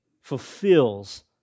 fulfills